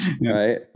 right